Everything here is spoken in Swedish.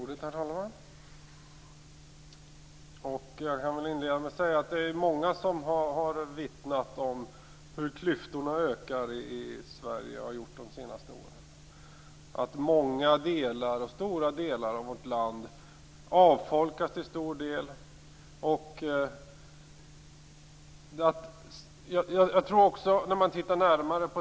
Herr talman! Det är många som har vittnat om hur klyftorna har ökat i Sverige under de senaste åren. Stora delar av vårt land avfolkas.